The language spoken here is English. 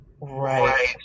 Right